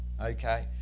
Okay